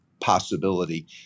possibility